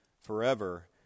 forever